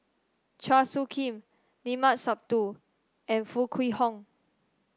Chua Soo Khim Limat Sabtu and Foo Kwee Horng